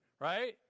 Right